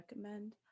recommend